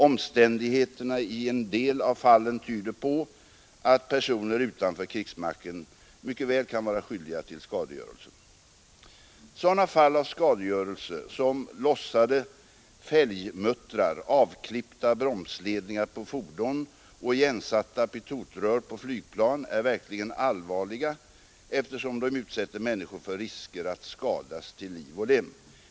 Omständigheterna i en del av fallen tyder på att personer utanför krigsmakten mycket väl kan vara skyldiga till skadegörelsen. Sådana fall av skadegörelse som lossade fälgmuttrar, avklippta bromsledningar på fordon och igensatta pitotrör på flygplan är verkligt allvarliga eftersom de utsätter människor för risker att skadas till liv och lem.